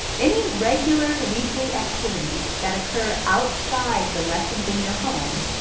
any regular weekly activities that occur outside the lessons in your home,